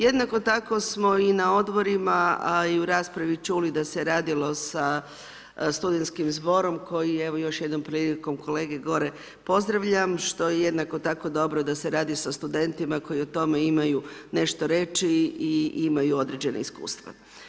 Jednako tako smo i na odborima i na raspravi čuli, da se radi o studentskim zborom, koji evo, još jednom prilikom kolege gore pozdravljam, što je jednako tako dobro da se radi o studentima, koji o tome imaju nešto reći i imaju određena iskustva.